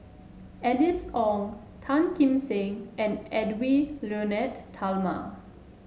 Alice Ong Tan Kim Seng and Edwy Lyonet Talma